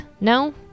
No